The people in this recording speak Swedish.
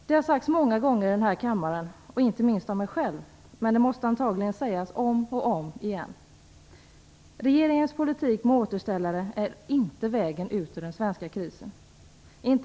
Det har sagts många gånger i denna kammare och inte minst av mig själv, men det måste antagligen sägas om och om igen: Regeringens politik med återställare är inte vägen ut ur den svenska krisen.